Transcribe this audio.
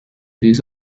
this